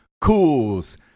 Cools